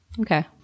Okay